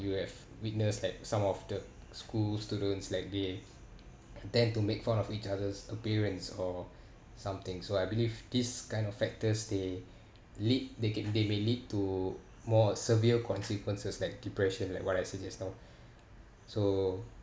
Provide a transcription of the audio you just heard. you have witness like some of the schools students like they tend to make fun of each other's appearance or something so I believe this kind of factors they lead they can they may lead to more severe consequences like depression like what I said just now so